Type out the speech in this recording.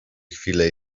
chwilę